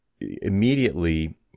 immediately